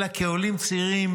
אלא כעולים צעירים,